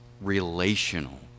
relational